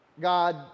God